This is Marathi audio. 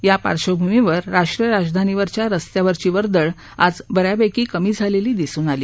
या पार्श्वभूमीवर राष्ट्रीय राजधानीवरच्या रस्तेवरची वर्दळ ब यापैकी कमी झालेली दिसून आली